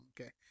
Okay